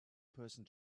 person